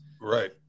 Right